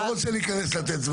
אני בדיוק הרגע התחלתי לנסח,